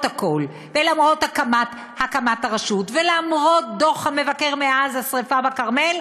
הכול ולמרות הקמת הרשות ולמרות דוח המבקר מאז השרפה בכרמל,